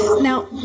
Now